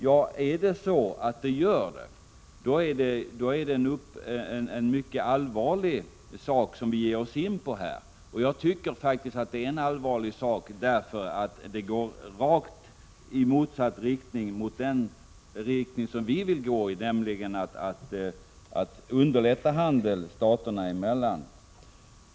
Nå, om det verkligen strider mot GATT-avtalet, är det en mycket allvarlig sak som vi ger oss in på. Jag tycker att det är en allvarlig sak, för förslaget går i rakt motsatt riktning mot den folkpartiet vill gå, nämligen att underlätta handeln staterna emellan.